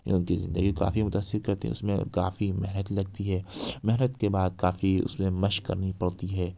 ان کی زندگی کافی متاثر كرتی ہے اس میں کافی محنت لگتی ہے محنت کے بعد کافی اس میں مشق کرنی پڑتی ہے